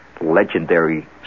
legendary